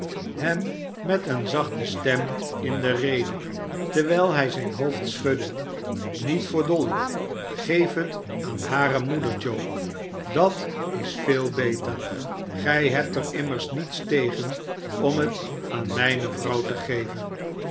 hem met eene zachte stem in de rede terwijl hij zijn hoofd schudde niet voor dolly geef het aan hare moeder joe dat is veel beter gij hebt er immers niets tegen om het aan mijne vrouw te geven